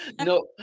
No